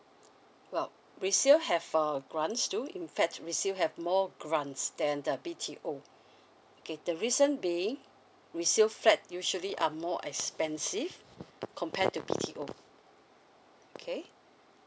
well we still have a grant too in fact we still have more grants than the B_T_O okay the reason being resale flat you surely are more expensive compare to B_T_O okay